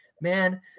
man